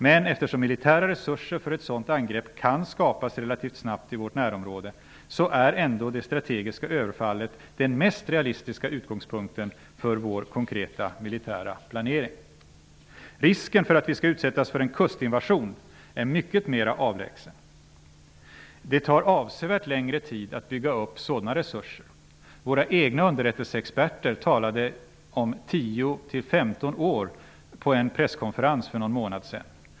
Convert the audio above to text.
Men eftersom militära resurser för ett sådant angrepp kan skapas relativt snabbt i vårt närområde är ändå det strategiska överfallet den mest realistiska utgångspunkten för vår konkreta militära planering. Risken för att vi skall utsättas för en kustinvasion är mycket mer avlägsen. Det tar avsevärt längre tid att bygga upp sådana resurser. Våra egna underrättelseexperter talade om 10--15 år på en presskonferens för någon månad sedan.